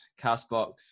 Castbox